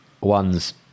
one's